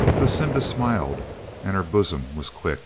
lucinda smiled and her bosom was quick.